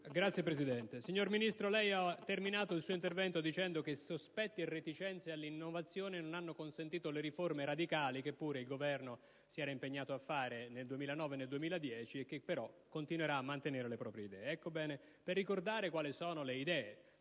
Signor Presidente, lei ha concluso il suo intervento dicendo che sospetti e reticenze all'innovazione non hanno consentito le riforme radicali che pure il Governo si era impegnato a fare nel 2009 e nel 2010, e che però continuerà a mantenere le proprie idee. Ebbene, per ricordare quali sono le idee